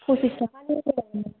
फसिस थाकानि हरनांगोन